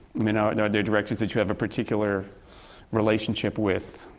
mean, are and are there directors that you have a particular relationship with,